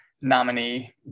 nominee